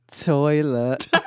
toilet